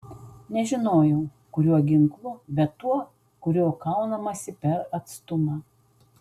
nežinojau kuriuo ginklu bet tuo kuriuo kaunamasi per atstumą